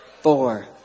Four